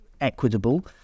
equitable